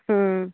ହୁଁ